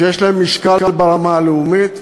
שיש להם משקל ברמה הלאומית.